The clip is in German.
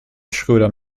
schröder